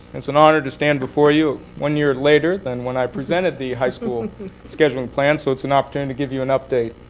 it's an honor to stand before you, one year later than when i presented the high school scheduling plan. so it's an opportunity to give you an update.